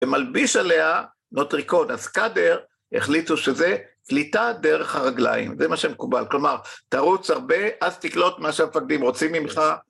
ומלביש עליה נוטריקון, אז סקאדר החליטו שזה קליטה דרך הרגליים, זה מה שמקובל, כלומר, תרוץ הרבה, אז תקלוט מה שהמפקדים רוצים ממך.